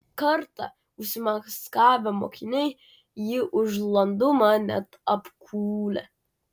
kartą užsimaskavę mokiniai jį už landumą net apkūlę